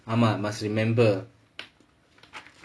ஆமா:aamaa must remember